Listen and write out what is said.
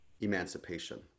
emancipation